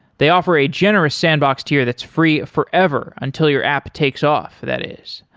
they offer a generous sandbox tier that's free forever until your app takes off, that is.